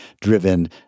driven